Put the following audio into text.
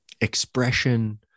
expression